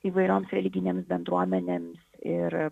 įvairioms religinėms bendruomenėms ir